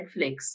Netflix